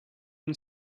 and